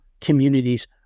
communities